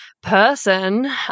person